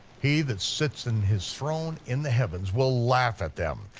he that sits in his throne in the heavens will laugh at them,